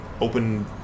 open